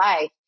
life